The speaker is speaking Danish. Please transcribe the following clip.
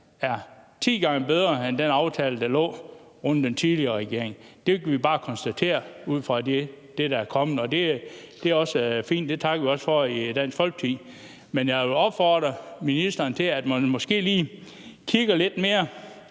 er ti gange bedre end den aftale, der lå under den tidligere regering. Det kan vi bare konstatere ud fra det, der er kommet, og det er også fint, og det takker vi også for i Dansk Folkeparti. Men jeg vil opfordre ministeren til, at man måske lige kigger lidt mere